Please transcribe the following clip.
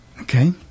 Okay